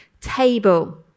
table